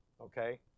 okay